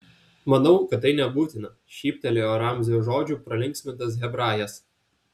manau kad tai nebūtina šyptelėjo ramzio žodžių pralinksmintas hebrajas